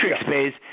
space